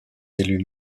élue